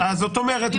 זאת אומרת,